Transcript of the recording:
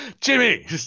Jimmy